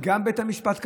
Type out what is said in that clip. גם בית המשפט קבע,